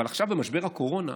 אבל עכשיו משבר הקורונה